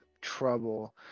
trouble